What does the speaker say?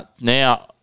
now